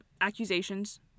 accusations